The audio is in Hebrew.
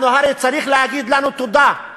אנחנו, הרי צריך להגיד לנו תודה,